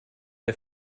der